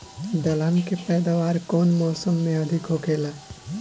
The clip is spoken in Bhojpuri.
दलहन के पैदावार कउन मौसम में अधिक होखेला?